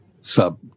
sub